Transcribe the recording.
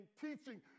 teaching